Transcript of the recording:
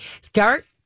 Start